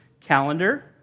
calendar